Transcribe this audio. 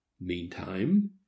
meantime